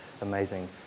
amazing